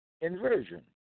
inversion